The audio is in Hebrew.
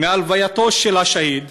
מהלווייתו של השהיד,